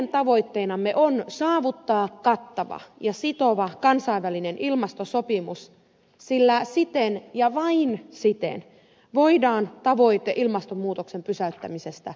meidän tavoitteenamme on saavuttaa kattava ja sitova kansainvälinen ilmastosopimus sillä siten ja vain siten voidaan tavoite ilmastonmuutoksen pysäyttämisestä saavuttaa